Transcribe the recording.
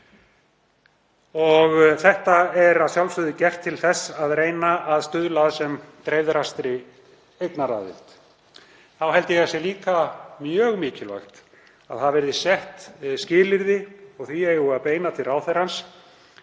Það er að sjálfsögðu gert til þess að reyna að stuðla að sem dreifðastri eignaraðild. Þá held ég að það sé líka mjög mikilvægt að sett verði skilyrði, og því eigum við að beina til ráðherrans,